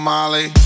Molly